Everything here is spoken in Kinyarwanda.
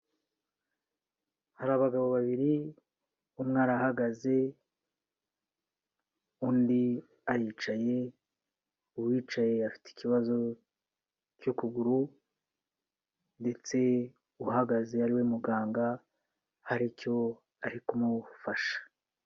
Hari abagabo babiri, umwe arahagaze undi aricaye, uwicaye afite ikibazo cy'ukuguru ndetse uhagaze ariwe muganga hari icyo ari kumufasha.